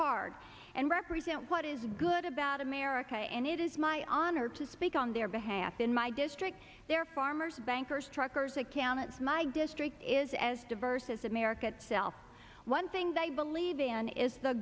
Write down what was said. hard and represent what is good about america and it is my honor to speak on their behalf in my district they are farmers bankers truckers accountants my district is as diverse as america itself one thing they believe than is the